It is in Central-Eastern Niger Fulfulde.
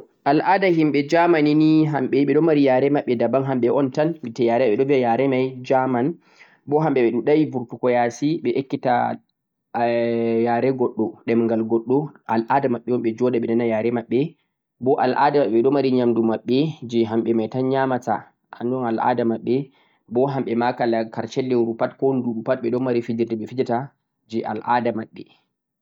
al'aada himɓe Germany ni hamɓe ɓe ɗo mari yare maɓɓe daban hamɓe on tan bite yare ɓe biya yare may German bo hamɓe ɓe ɗuɗay burtugo ya'si ɓe ekkita eh yare goɗɗo, ɗemgal goɗɗo, al'aada maɓɓe un ɗe joɗa ɓe nana yare maɓɓe, bo al'aada maɓɓe jee hamɓe may un tan ƴamata hannjum on al'aada maɓɓe. Bo hamɓe ma ka karshe lewru pat, ko nduuɓu pat ɓe ɗo mari fijirde ɓe fijata jee al'aada maɓɓe.